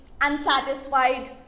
unsatisfied